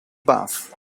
bath